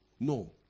No